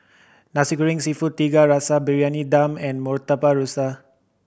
Nasi Goreng Seafood Tiga Rasa Briyani Dum and Murtabak Rusa